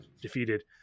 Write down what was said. defeated